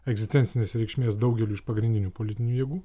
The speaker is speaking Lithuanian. egzistencinės reikšmės daugeliui iš pagrindinių politinių jėgų